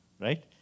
right